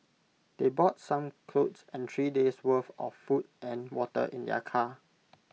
they brought some clothes and three days' worth of food and water in their car